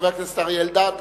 חבר הכנסת אריה אלדד,